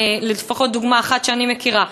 ולפחות דוגמה אחת שאני מכירה,